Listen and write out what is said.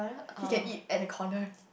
he can eat at the corner